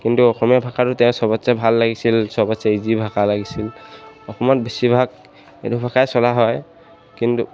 কিন্তু অসমীয়া ভাষাটো তেওঁ চবতচে ভাল লাগিছিল চবতচে ইজি ভাষা লাগিছিল অসমত বেছিভাগ এইটো ভাষাই চলা হয় কিন্তু